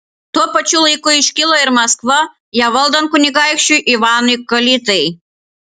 tuo pačiu laiku iškilo ir maskva ją valdant kunigaikščiui ivanui kalitai